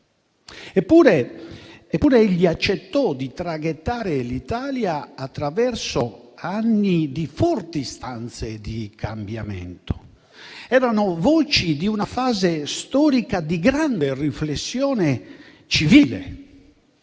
Eppure, egli accettò di traghettare l'Italia attraverso anni di forti istanze di cambiamento. Erano voci di una fase storica di grande riflessione civile;